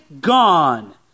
gone